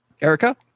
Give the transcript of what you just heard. Erica